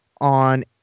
on